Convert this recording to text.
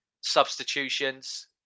substitutions